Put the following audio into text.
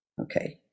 Okay